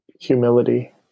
humility